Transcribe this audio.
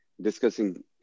discussing